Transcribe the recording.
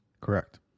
Correct